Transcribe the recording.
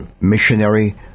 Missionary